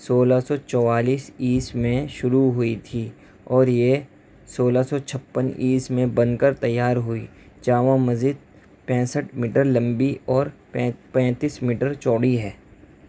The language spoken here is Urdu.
سولہ چوالیس عیسوی میں شروع ہوئی تھی اور یہ سولہ سو چھپن عیسوی میں بن کر تیار ہوئی جامع مسجد پینسٹھ میٹر لمبی اور پیں پینتیس میٹر چوڑی ہے